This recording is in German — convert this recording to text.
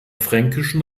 fränkischen